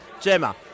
Gemma